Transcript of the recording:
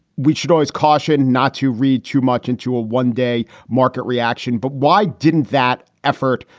we should always caution not to read too much into a one day market reaction. but why didn't that effort.